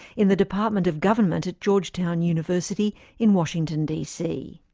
in the department of government at georgetown university in washington, dc.